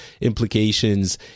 implications